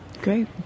Great